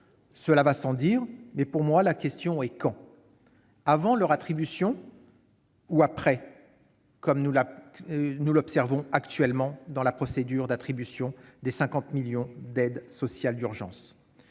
Cela va sans dire ! Pour moi, la question est : quand ? Avant leur attribution ? Après celle-ci, comme nous l'observons actuellement dans la procédure d'attribution des 50 millions d'aide sociale d'urgence ?